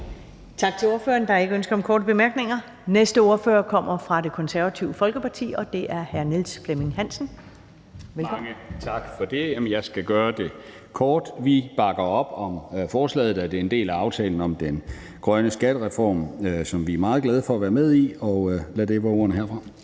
Tak til ordføreren. Der er ikke ønske om korte bemærkninger. Den næste ordfører kommer fra Det Konservative Folkeparti, og det er hr. Niels Flemming Hansen. Velkommen. Kl. 14:22 (Ordfører) Niels Flemming Hansen (KF): Mange tak for det. Jeg skal gøre det kort. Vi bakker op om forslaget, da det er en del af aftalen om den grønne skattereform, som vi er meget glade for at være med i. Lad det være ordene herfra.